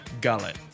gullet